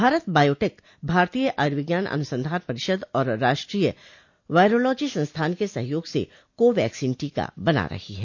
Bharat Biotech भारतीय आयूर्विज्ञान अनुसंधान परिषद और राष्ट्रीय वायरोलॉजी संस्थान के सहयोग से कोवैक्सीन टीका बना रही है